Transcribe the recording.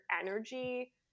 energy